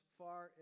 far